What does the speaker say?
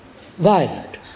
violent